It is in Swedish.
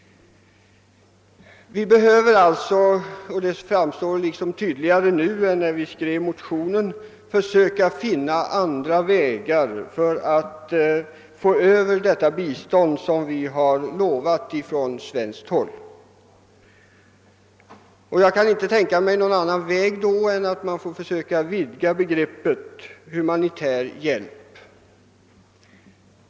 Vi måste alltså — och det framstår tydligare nu än när vi skrev motionen — försöka finna andra vägar att överlämna det bistånd som Sverige har utlovat. Jag kan inte tänka mig någon annan väg än att man får försöka vidga begreppet humanitär hjälp.